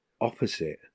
opposite